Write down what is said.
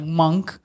monk